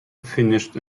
finished